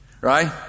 Right